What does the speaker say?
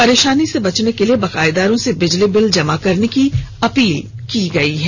परेशानी से बचने के लिए बकायेदारों से बिजली बिल जमा करने की अपील की गई है